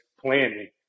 planning